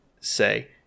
say